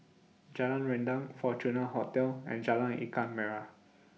Jalan Rendang Fortuna Hotel and Jalan Ikan Merah